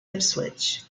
ipswich